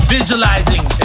Visualizing